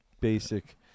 basic